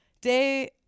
Day